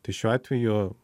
tai šiuo atveju